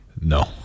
No